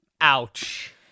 ouch